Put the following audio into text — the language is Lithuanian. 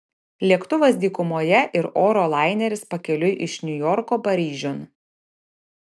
lėktuvas dykumoje ir oro laineris pakeliui iš niujorko paryžiun